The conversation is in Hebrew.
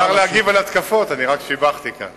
מותר להגיב על התקפות, אני רק שיבחתי כאן.